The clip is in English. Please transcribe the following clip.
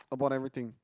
about everything